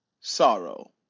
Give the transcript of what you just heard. sorrow